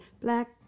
Black